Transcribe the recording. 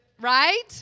Right